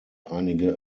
einige